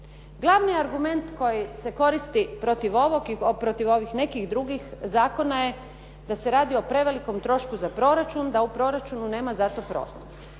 Glavni argument koji se koristi protiv ovog i protiv ovih nekih drugih zakona je da se radi o prevelikom trošku za proračun, da u proračunu nema za to prostora.